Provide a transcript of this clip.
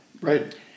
Right